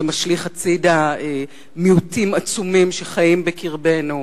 שמשליכה הצדה מיעוטים עצומים שחיים בקרבנו,